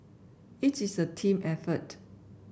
it is a team effort